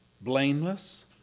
Blameless